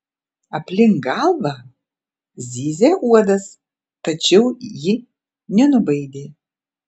aplink galvą zyzė uodas tačiau ji nenubaidė